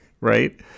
right